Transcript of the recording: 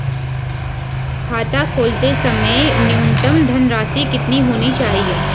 खाता खोलते समय न्यूनतम धनराशि कितनी होनी चाहिए?